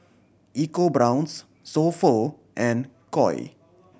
EcoBrown's So Pho and Koi